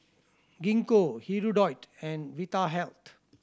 Gingko Hirudoid and Vitahealth